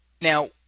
now